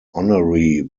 honorary